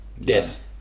Yes